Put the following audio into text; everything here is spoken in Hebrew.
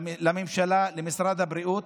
לממשלה ולמשרד הבריאות,